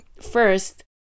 first